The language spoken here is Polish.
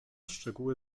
szczegóły